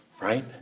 right